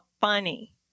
funny